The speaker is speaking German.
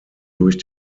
durch